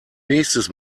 nächstes